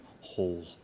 whole